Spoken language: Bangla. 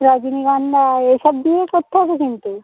রজনীগন্ধা এই সব দিয়েই করতে হবে কিন্তু